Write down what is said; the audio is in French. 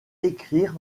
écrire